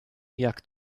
jak